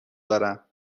دارم